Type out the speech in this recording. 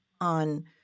on